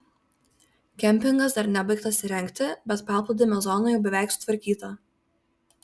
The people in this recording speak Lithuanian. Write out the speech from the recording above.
kempingas dar nebaigtas įrengti bet paplūdimio zona jau beveik sutvarkyta